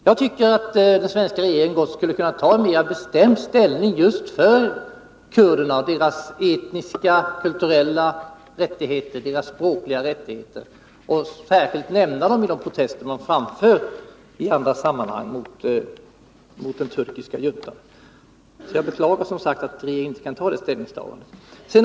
Jag tycker att den svenska regeringen gott skulle kunna ta mera bestämd ställning just för kurderna och deras etniska, kulturella och språkliga rättigheter, och särskilt nämna dem när man framför protester i andra sammanhang mot den turkiska juntan. Jag beklagar som sagt att regeringen inte kan göra det ställningstagandet.